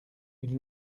une